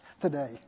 today